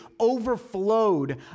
overflowed